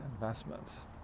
investments